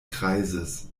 kreises